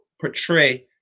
portray